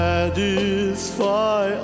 Satisfy